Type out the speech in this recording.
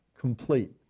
complete